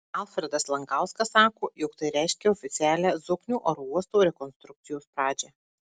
alfredas lankauskas sako jog tai reiškia oficialią zoknių aerouosto rekonstrukcijos pradžią